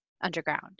underground